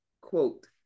quote